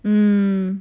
mm